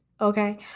Okay